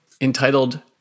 entitled